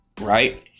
right